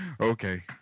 Okay